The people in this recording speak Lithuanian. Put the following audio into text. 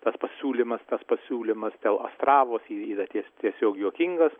tas pasiūlymas tas pasiūlymas dėl astravos ir yra ties tiesiog juokingas